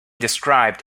described